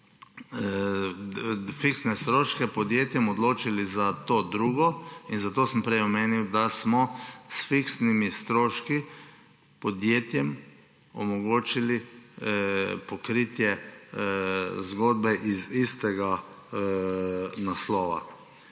fiksne stroške podjetjem, odločili za to drugo. Zato sem prej omenil, da smo s fiksnimi stroški podjetjem omogočili pokritje zgodbe iz istega naslova.